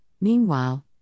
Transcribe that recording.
meanwhile